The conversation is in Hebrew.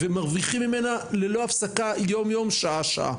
ומרוויחים ממנה ללא הפסקה יום-יום ושעה-שעה,